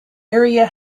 area